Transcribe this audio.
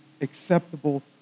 acceptable